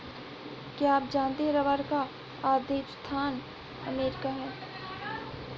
क्या आप जानते है रबर का आदिमस्थान अमरीका है?